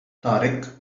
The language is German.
tarek